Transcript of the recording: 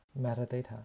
metadata